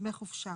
דמי חופשה.